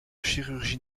chirurgie